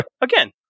again